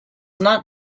not